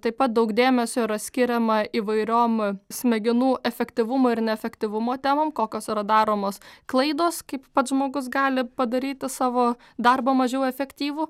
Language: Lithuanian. taip pat daug dėmesio yra skiriama įvairiom smegenų efektyvumo ir neefektyvumo temom kokios yra daromos klaidos kaip pats žmogus gali padaryti savo darbą mažiau efektyvų